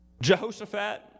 Jehoshaphat